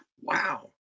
wow